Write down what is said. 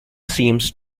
seems